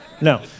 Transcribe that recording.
No